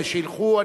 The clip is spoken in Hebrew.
אלה שילכו,